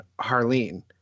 Harleen